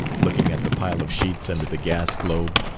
looking at the pile of sheets under the gas-globe,